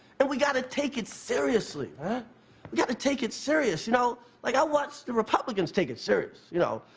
and we've got to take it seriously. yeah we've got to take it serious you know, like i watch the republicans take it serious. you know,